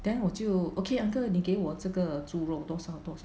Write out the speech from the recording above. then 我就 okay uncle 你给我这个猪肉多少多少